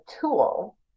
tool